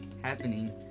happening